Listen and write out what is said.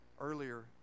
earlier